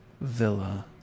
villa